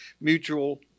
mutual